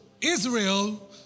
Israel